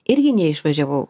irgi neišvažiavau